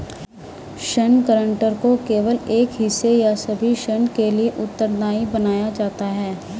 ऋण गारंटर को केवल एक हिस्से या सभी ऋण के लिए उत्तरदायी बनाया जाता है